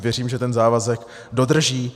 Věřím, že ten závazek dodrží.